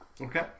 Okay